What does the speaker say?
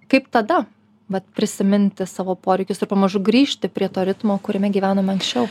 kaip tada vat prisiminti savo poreikius ir pamažu grįžti prie to ritmo kuriame gyvenome anksčiau